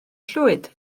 llwyd